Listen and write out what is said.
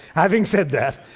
having said that,